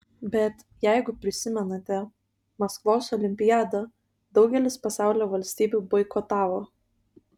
bet jeigu prisimenate maskvos olimpiadą daugelis pasaulio valstybių boikotavo